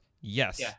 Yes